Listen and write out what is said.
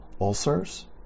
ulcers